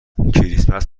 کریسمس